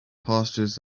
pastures